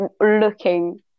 looking